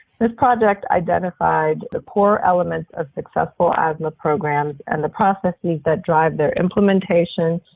this project identifies the core elements of successful asthma programs and the processes that drive their implementation,